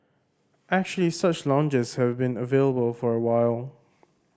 actually such lounges have been available for a while